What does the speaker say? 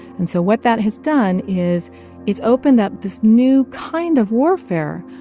and so what that has done is it's opened up this new kind of warfare,